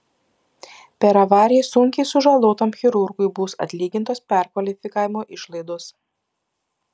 per avariją sunkiai sužalotam chirurgui bus atlygintos perkvalifikavimo išlaidos